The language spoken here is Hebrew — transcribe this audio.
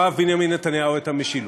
אהב בנימין נתניהו את המשילות.